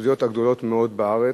הגדולות בארץ,